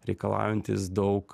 reikalaujantys daug